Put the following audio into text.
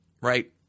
right